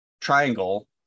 triangle